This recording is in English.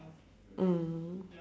mm